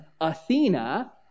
Athena